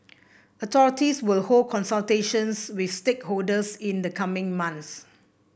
authorities will hold consultations with stakeholders in the coming months